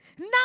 Now